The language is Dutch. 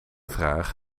vraag